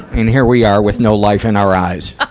and here we are with no life in our eyes. ah